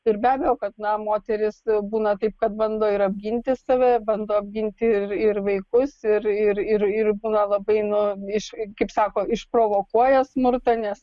ir be abejo kad na moterys būna taip kad bando ir apginti save bando apginti ir ir vaikus ir ir ir ir būna labai nu iš kaip sako išprovokuoja smurtą nes